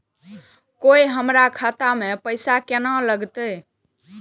कोय हमरा खाता में पैसा केना लगते?